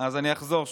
אז אני אחזור שוב: